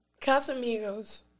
Casamigos